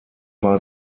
war